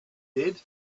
did